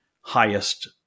highest